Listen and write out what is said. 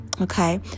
Okay